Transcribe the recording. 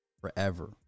forever